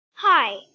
Hi